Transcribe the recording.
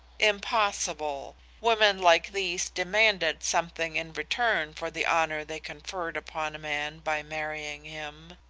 impossible. women like these demanded something in return for the honor they conferred upon a man by marrying him.